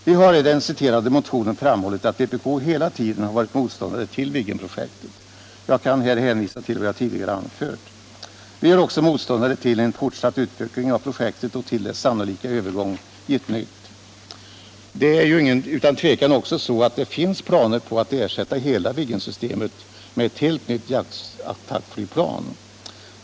Vi har i den citerade motionen framhållit att vpk hela tiden har varit motståndare till Viggenprojektet. Jag kan här hänvisa till vad jag tidigare anfört. Vi är också motståndare till en fortsatt utveckling av projektet och till dess sannolika övergång i ett nytt. Det är ju utan tvivel också så att det finns planer på att ersätta hela Viggensystemet med ett helt nytt jaktattackflygplan.